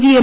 G M